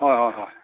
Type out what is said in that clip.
ꯍꯣꯏ ꯍꯣꯏ ꯍꯣꯏ